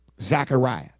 Zechariah